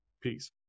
Peace